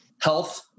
health